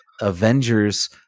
Avengers